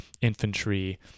infantry